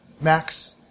Max